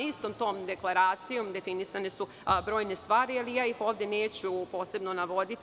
Istom tom deklaracijom definisane su brojne stvari, ali ja ih ovde neću posebno navoditi.